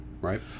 right